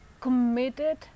committed